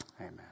amen